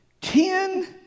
Ten